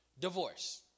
Divorce